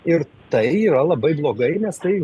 ir tai yra labai blogai nes tai